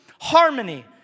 harmony